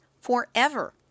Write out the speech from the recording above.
forever